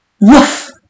Woof